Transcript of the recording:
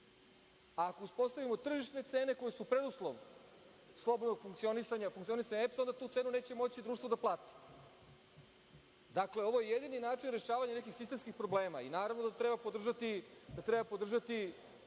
Ako uspostavimo tržišne cene koje su preduslov slobodnog funkcionisanja EPS, onda tu cenu neće moći društvo da plati. Dakle, ovo je jedini način rešavanja nekih sistemskih problema i, naravno, treba podržati